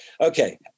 Okay